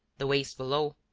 the waste below,